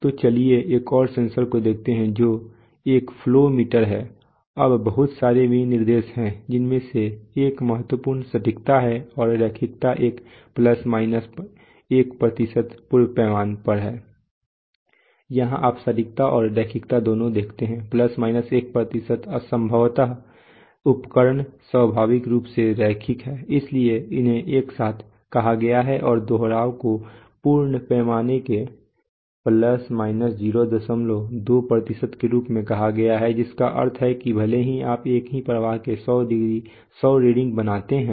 तो चलिए एक और सेंसर को देखते हैं जो एक फ्लो मीटर है अब बहुत सारे विनिर्देश हैं जिनमें से एक महत्वपूर्ण सटीकता और रैखिकता एक ± 1 पूर्ण पैमाने पर है यहाँ आप सटीकता और रैखिकता दोनों देखते हैं ± 1 संभवतः उपकरण स्वाभाविक रूप से रैखिक है इसलिए उन्हें एक साथ कहा गया है और दोहराव को पूर्ण पैमाने के ± 02 के रूप में कहा गया है जिसका अर्थ है कि भले ही आप एक ही प्रवाह के 100 रीडिंग बनाते हैं